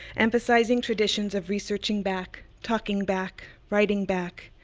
emphasizing traditions of researching back, talking back, writing back,